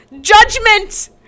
Judgment